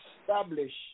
establish